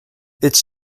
its